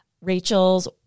Rachel's